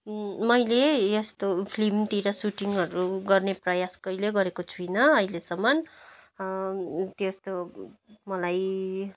मैले यस्तो फिल्मतिर सुटिङहरू गर्ने प्रयास कहिले गरेको छुइनँ अहिलेसम्म त्यस्तो मलाई